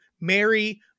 mary